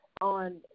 on